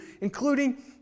including